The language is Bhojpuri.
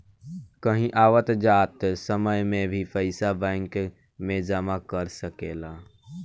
कहीं आवत जात समय में भी पइसा बैंक में जमा कर सकेलऽ